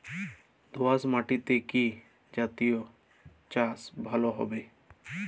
দোয়াশ মাটিতে কি জাতীয় চাষ ভালো হবে?